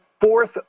Fourth